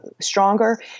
stronger